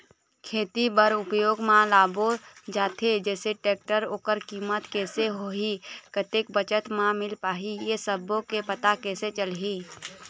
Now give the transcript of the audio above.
खेती बर उपयोग मा लाबो जाथे जैसे टेक्टर ओकर कीमत कैसे होही कतेक बचत मा मिल पाही ये सब्बो के पता कैसे चलही?